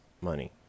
money